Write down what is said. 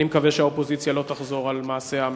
אני מקווה שהאופוזיציה לא תחזור על מעשיה המבישים.